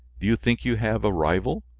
do you think you have a rival?